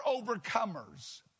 overcomers